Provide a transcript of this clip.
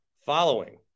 following